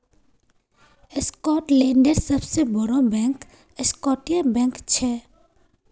स्कॉटलैंडेर सबसे बोड़ो बैंक स्कॉटिया बैंक छे